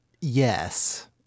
Yes